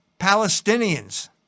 palestinians